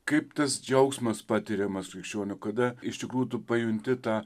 kaip tas džiaugsmas patiriamas krikščionio kada iš tikrųjų tu pajunti tą